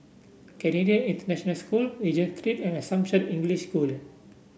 Canadian International School Regent Street and Assumption English School